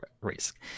risk